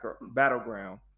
battleground